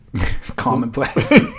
Commonplace